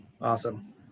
Awesome